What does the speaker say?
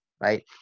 right